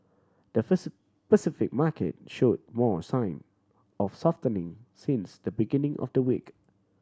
the Pacific market show more sign of softening since the beginning of the week